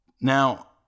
now